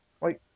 Wait